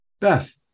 Beth